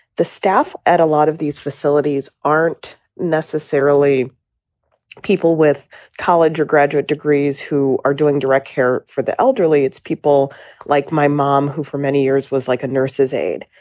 the staff at a lot of these facilities aren't necessarily people with college or graduate degrees who are doing direct care for the elderly. it's people like my mom, who for many years was like a nurse's aide.